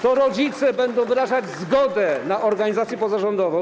To rodzice będą wyrażać zgodę na organizację pozarządową.